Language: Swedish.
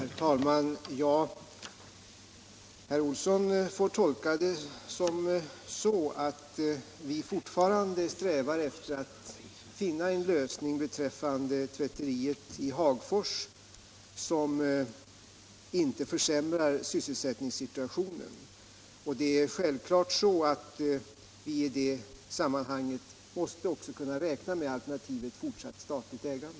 Herr talman! Herr Olsson i Edane får tolka svaret så, att vi fortfarande strävar efter att finna en lösning beträffande tvätteriet i Hagfors som inte försämrar sysselsättningssituationen. Självfallet måste man också i det sammanhanget kunna räkna med alternativet fortsatt statligt ägande.